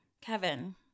Kevin